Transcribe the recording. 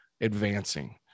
advancing